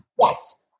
yes